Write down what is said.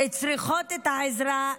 צריכות את העזרה,